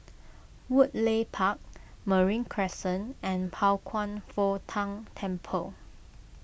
Woodleigh Park Marine Crescent and Pao Kwan Foh Tang Temple